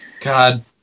God